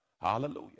hallelujah